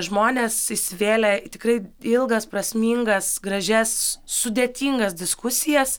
žmonės įsivėlę į tikrai ilgas prasmingas gražias sudėtingas diskusijas